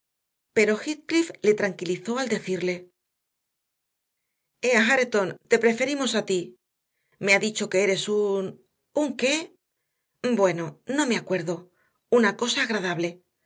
heathcliff le tranquilizó al decirle ea hareton te preferimos a ti me ha dicho que eres un un qué bueno no me acuerdo una cosa agradable